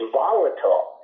volatile